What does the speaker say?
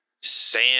Sam